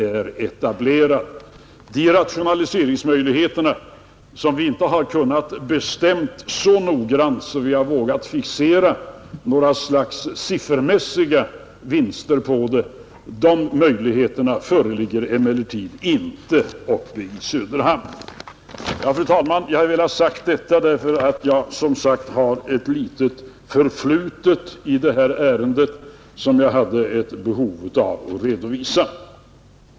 Samma rationaliseringsmöjligheter — vi har inte kunnat bestämma dem så noggrant att vi har vågat fixera några slags siffermässiga vinster — föreligger emellertid inte uppe i Söderhamn. Ja, fru talman! Jag har velat säga detta eftersom jag har ett litet förflutet i detta ärende som jag hade ett behov av att redovisa.